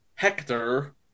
Hector